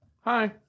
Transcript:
hi